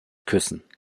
küssen